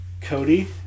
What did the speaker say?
Cody